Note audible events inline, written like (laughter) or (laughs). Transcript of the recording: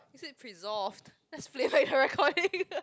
you said presolved let's play back the recording (laughs)